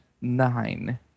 nine